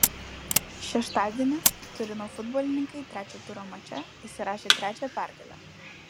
šeštadienį turino futbolininkai trečio turo mače įsirašė trečią pergalę